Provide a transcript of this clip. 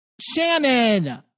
Shannon